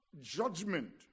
judgment